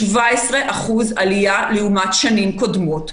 17% עלייה לעומת שנים קודמות.